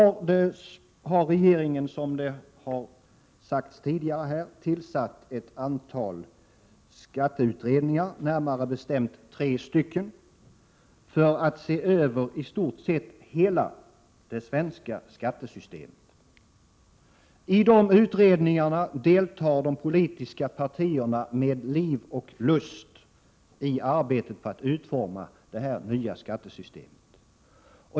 Nu har regeringen, som det tidigare sagts här, tillsatt ett antal skatteutredningar, närmare bestämt tre stycken, för att se över i stort sett hela det svenska skattesystemet. I dessa utredningar deltar de politiska partierna med liv och lust i arbetet på att utforma detta nya skattesystem.